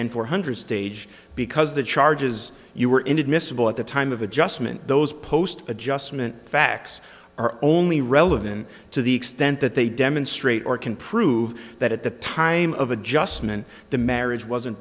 end four hundred stage because the charges you were inadmissible at the time of adjustment those post adjustment facts are only relevant to the extent that they demonstrate or can prove that at the time of adjustment the marriage wasn't